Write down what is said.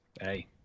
Hey